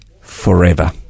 forever